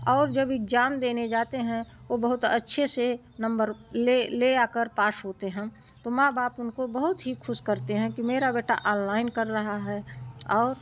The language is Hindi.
और जब इग्जाम देने जाते हैं वो बहुत अच्छे से नंबर ले ले आके पास होते हैं तो माँ बाप उनको बहुत ही खुश करते हैं कि मेरा बेटा आनलाइन कर रहा है और